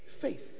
Faith